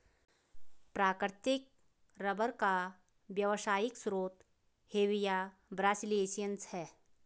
प्राकृतिक रबर का व्यावसायिक स्रोत हेविया ब्रासिलिएन्सिस है